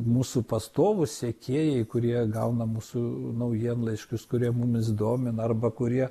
mūsų pastovūs sekėjai kurie gauna mūsų naujienlaiškius kurie mumis domina arba kurie